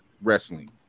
wrestling